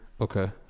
Okay